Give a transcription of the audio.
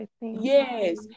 Yes